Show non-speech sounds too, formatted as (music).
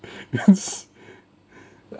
(laughs) because (laughs)